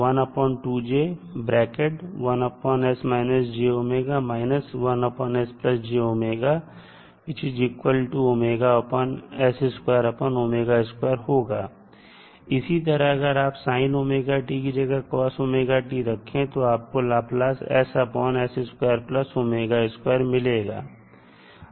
इसी तरह अगर आप sin ωt की जगह cos ωt रखें तो आपको लाप्लास मिलेगा